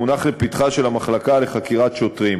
מונח לפתחה של המחלקה לחקירות שוטרים.